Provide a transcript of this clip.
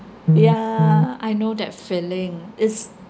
yeah I know that feeling is